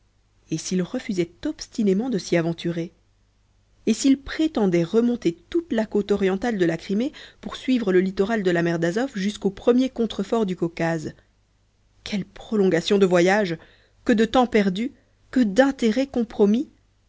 et s'il refusait obstinément de s'y aventurer et s'il prétendait remonter toute la côte orientale de la crimée pour suivre le littoral de la mer d'azof jusqu'aux premiers contreforts du caucase quelle prolongation de voyage que de temps perdu que d'intérêts compromis